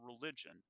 religion